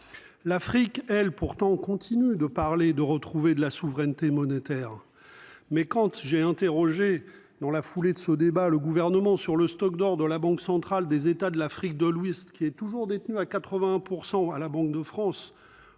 L'Afrique elle-pourtant on continue de parler de retrouver de la souveraineté monétaire. Mais quand j'ai interrogé dans la foulée de ce débat le gouvernement sur le stock d'or de la Banque centrale des États de l'Afrique de l'Ouest qui est toujours détenu à 80% à la Banque de France